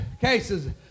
cases